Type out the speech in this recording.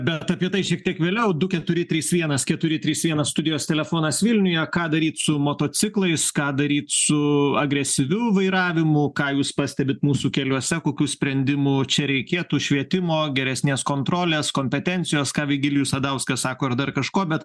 bet apie tai šiek tiek vėliau du keturi trys vienas keturi trys vienas studijos telefonas vilniuje ką daryt su motociklais ką daryt su agresyviu vairavimu ką jūs pastebit mūsų keliuose kokių sprendimo čia reikėtų švietimo geresnės kontrolės kompetencijos ką vigilijus sadauskas sako ar dar kažko bet